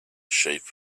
sheep